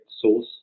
source